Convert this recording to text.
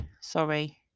Sorry